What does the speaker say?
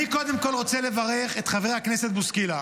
אני קודם כול רוצה לברך את חבר הכנסת בוסקילה.